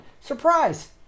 surprise